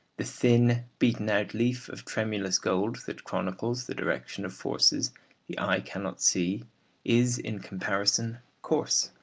the thin beaten-out leaf of tremulous gold that chronicles the direction of forces the eye cannot see is in comparison coarse.